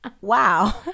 wow